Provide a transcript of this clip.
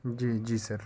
جی جی سر